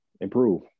improve